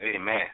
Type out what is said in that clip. Amen